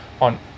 on